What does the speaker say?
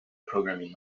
programming